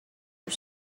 are